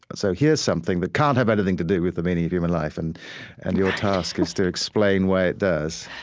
so here's something that can't have anything to do with the meaning of human life, and and your task is to explain why it does